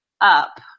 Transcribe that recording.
up